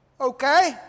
Okay